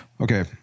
Okay